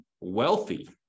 wealthy